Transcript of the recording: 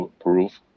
proof